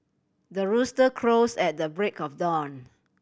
the rooster crows at the break of dawn